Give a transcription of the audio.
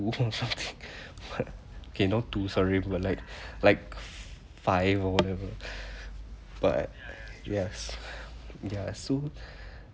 okay not two sorry but like like five or whatever but yes ya so